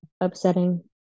upsetting